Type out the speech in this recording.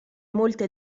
molte